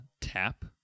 tap